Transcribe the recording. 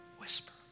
Whisper